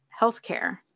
healthcare